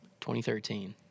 2013